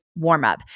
warmup